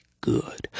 good